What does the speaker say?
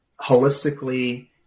holistically